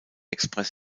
express